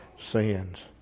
sins